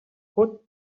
put